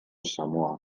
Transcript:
samoa